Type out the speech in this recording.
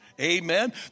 Amen